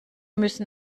müssen